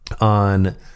on